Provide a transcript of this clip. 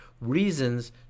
Reasons